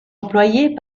employées